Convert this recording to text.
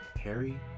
Harry